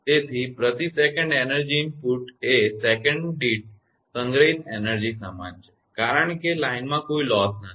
તેથી પ્રતિ second energy input એ સેકંડ દીઠ સંગ્રહિત એનર્જી સમાન છે કારણ કે લાઇનમાં કોઇ લોસ નથી